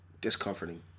discomforting